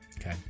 Okay